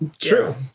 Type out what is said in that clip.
True